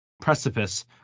precipice